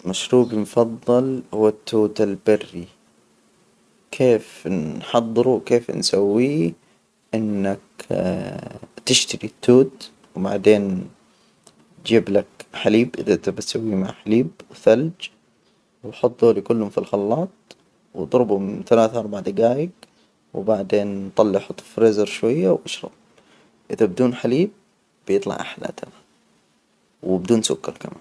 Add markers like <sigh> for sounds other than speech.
مشروبى المفضل هو التوت البري. كيف نحضره؟ وكيف نسويه؟ إنك <hesitation> تشتري التوت وبعدين، تجيب لك حليب، إذا أنت بتسوي معه حليب وثلج وحط ذولي كلهم في الخلاط واضربهم من ثلاثة لأربع دجايج وبعدين نطلع، حط فى الفريزر شوية وأشرب، إذا بدون حليب بيطلع أحلى تماما، وبدون سكر كمان.